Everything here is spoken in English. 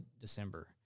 December